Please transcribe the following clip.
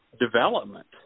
development